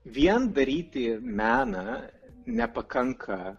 vien daryti meną nepakanka